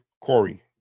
Corey